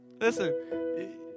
Listen